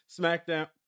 SmackDown